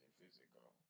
physical